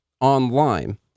online